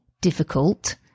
difficult